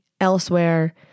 elsewhere